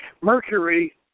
Mercury